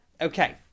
okay